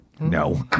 No